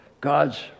God's